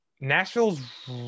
Nashville's